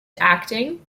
acting